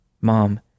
Mom